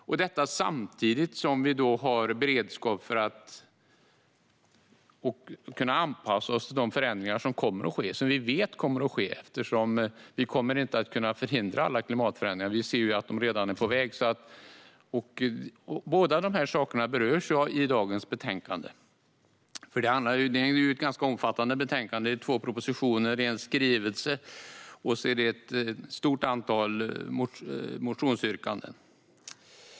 Samtidigt har vi beredskap för att kunna anpassa oss till de förändringar som vi vet kommer att ske eftersom vi inte kan förhindra alla klimatförändringar. Vi ser ju att de redan är på väg. Båda dessa saker berörs i dagens betänkande. Det är ett ganska omfattande betänkande med två propositioner, en skrivelse och ett stort antal motionsyrkanden.